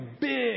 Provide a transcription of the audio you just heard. big